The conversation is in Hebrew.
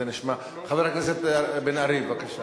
חבר הכנסת בן-ארי, בבקשה.